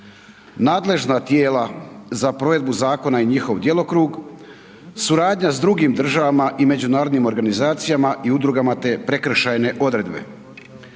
nadležna tijela za provedbu zakona i njihov djelokrug, suradnja s drugim državama i međunarodnim organizacijama i udrugama te prekršajne odredbe.